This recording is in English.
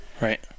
Right